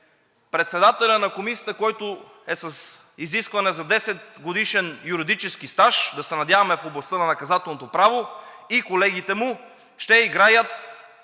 председателят на Комисията, който е с изискване за 10-годишен юридически стаж, да се надяваме в областта на Наказателното право, и колегите му ще играят